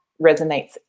resonates